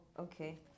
okay